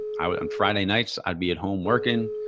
i would on friday nights, i'd be at home working,